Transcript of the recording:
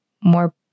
more